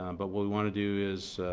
um but what we want to do is,